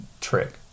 trick